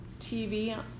TV